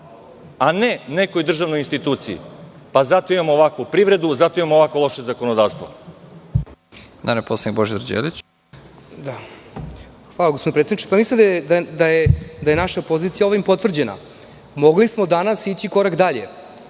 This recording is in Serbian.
a ne nekoj državnoj instituciji. Zato imamo ovakvu privredu, ovako loše zakonodavstvo.